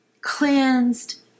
cleansed